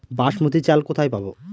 বাসমতী চাল কোথায় পাবো?